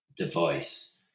device